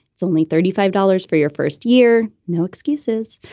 it's only thirty five dollars for your first year. no excuses